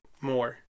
more